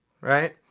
right